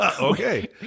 Okay